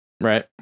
Right